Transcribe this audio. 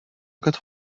quatre